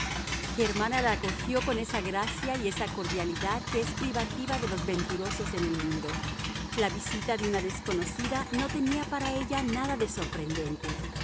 germana la acogió con esa gracia y esa cordialidad que es privativa de los venturosos en el mundo la visita de una desconocida no tenía para ella nada de sorprendente